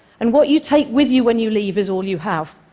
and what you take with you when you leave is all you have.